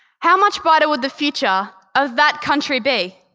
how much brighter would the future of that country be?